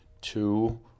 two